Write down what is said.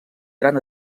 gran